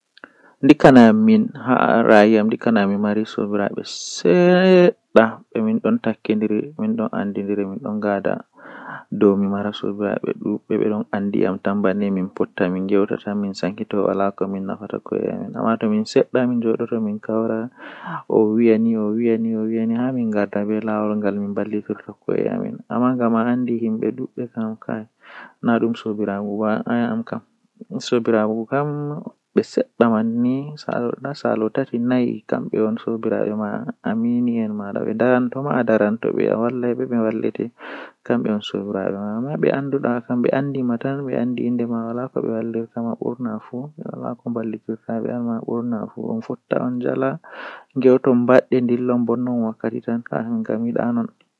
Taalel taalel jannata booyel, Woodi faaturu feere don dilla sei o hefti gel dande irin hundeeji be fawnata be mai be watta haa dande do sei o yaarani baba ladde ovi laaru komi hefti baba ladde man bo sei yahi sori haa lumo o waddini be seede man be sendi kal be mal.